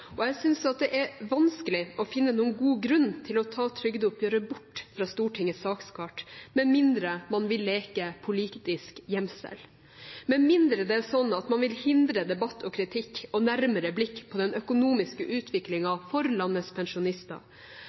årene. Jeg synes det er vanskelig å finne noen god grunn til å ta trygdeoppgjøret bort fra Stortingets sakskart, med mindre man vil leke politisk gjemsel, og med mindre det er sånn at man vil hindre debatt og kritikk og nærmere blikk på den økonomiske utviklingen for landets pensjonister.